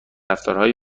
رفتارهای